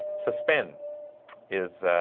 suspend is